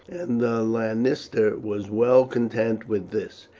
and the lanista was well content with this,